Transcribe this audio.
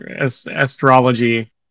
astrology